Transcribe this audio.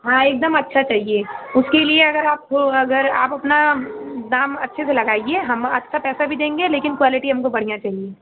हाँ एकदम अच्छा चाहिए उसके लिए अगर आप अगर आप अपना दाम अच्छे से लगाइए हम अच्छा पैसा भी देंगे लेकिन क्वालिटी हमको बढ़िया चाहिए